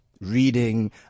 reading